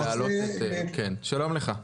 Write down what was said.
שלום לך.